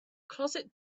closet